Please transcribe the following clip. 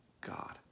God